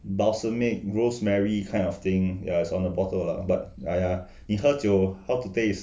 balsamic rosemary kind of thing ya it's on the bottle lah but !aiya! 你喝酒 how to taste